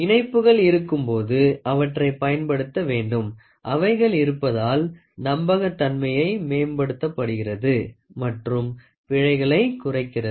இணைப்புகள் இருக்கும்போது அவற்றைப் பயன்படுத்த வேண்டும் அவைகள் இருப்பதால் நம்பகத்தன்மையை மேம்படுத்துகிறது மற்றும் பிழைகளை குறைக்கிறது